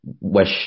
wish